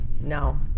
No